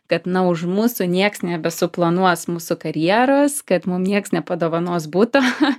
kad na už mūsų nieks nebesuplanuos mūsų karjeros kad mum nieks nepadovanos buto